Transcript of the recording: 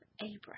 Abraham